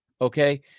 Okay